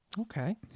Okay